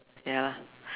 ya lah